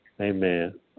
Amen